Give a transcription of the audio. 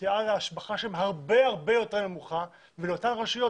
ואז ההשבחה שם הרבה יותר נמוכה ולאותן רשויות